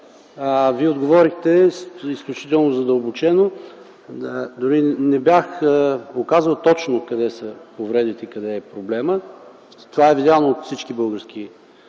Вие отговорихте изключително задълбочено. Дори не бях оказал точно къде са повредите и къде е проблемът. Това е видяно от всички български